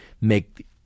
make